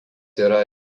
yra